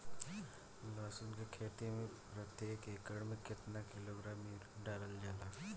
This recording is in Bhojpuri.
लहसुन के खेती में प्रतेक एकड़ में केतना किलोग्राम यूरिया डालल जाला?